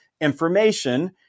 information